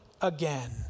again